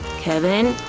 kevin?